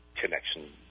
connection